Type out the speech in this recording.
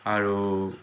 আৰু